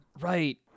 Right